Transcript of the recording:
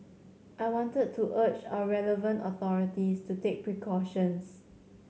I wanted to urge our relevant authorities to take precautions